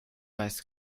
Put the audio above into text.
weiß